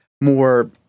more